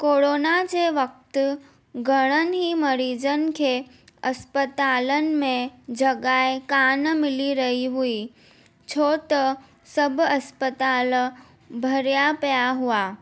corona जे वक़्तु घणनि ई मरीजनि खे अस्पतालनि में जॻह कोन्ह मिली रही हुई छो त सभु अस्पताल भरिया पिया हुआ